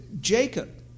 Jacob